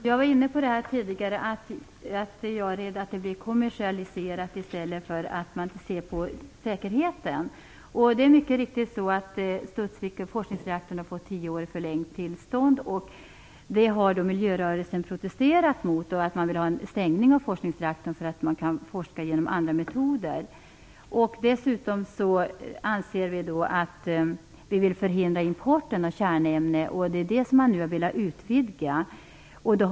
Fru talman! Jag var tidigare inne på att jag är rädd att det hela blir kommersialiserat i stället för att man ser på säkerheten. Det är mycket riktigt så att Studsvik för sin forskningsreaktor har fått tio år förlängt tillstånd. Det har miljörörelsen protesterat mot och vill ha den stängd därför att det går att forska med andra metoder. Dessutom vill vi förhindra import av kärnämnen. Det är det som man nu vill ha utvidgat i stället.